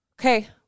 okay